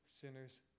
sinners